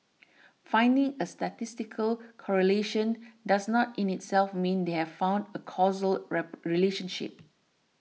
finding a statistical correlation does not in itself mean they have found a causal rap relationship